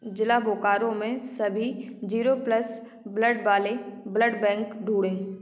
ज़िला बोकारो में सभी जीरो प्लस ब्लड वाले ब्लड बैंक ढूँढे